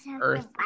earth